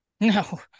no